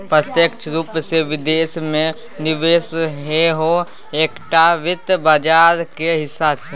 प्रत्यक्ष रूपसँ विदेश मे निवेश सेहो एकटा वित्त बाजारक हिस्सा छै